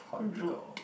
political